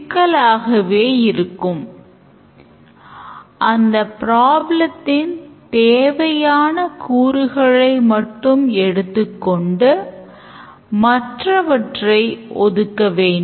உரை விளக்கத்தைப் பொருத்தவரை use caseகளை ஆவணப்படுத்தும் எந்தவொரு நிலையான வழியையும் UML விதிக்கவில்லை